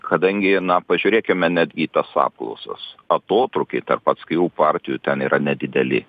kadangi na pažiūrėkime netgi į tas apklausas atotrūkiai tarp atskirų partijų ten yra nedideli